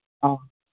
ആ